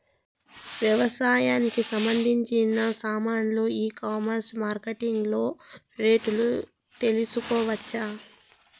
వ్యవసాయానికి సంబంధించిన సామాన్లు ఈ కామర్స్ మార్కెటింగ్ లో రేట్లు తెలుసుకోవచ్చా?